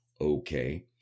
okay